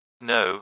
No